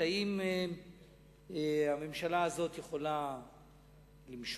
האם הממשלה הזאת יכולה למשול,